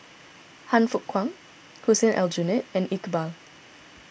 Han Fook Kwang Hussein Aljunied and Iqbal